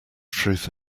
truth